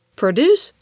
produce